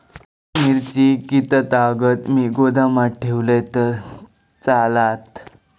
मिरची कीततागत मी गोदामात ठेवलंय तर चालात?